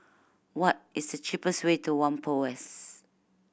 what is the cheapest way to Whampoa West